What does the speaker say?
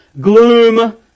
gloom